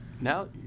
Now